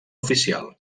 oficial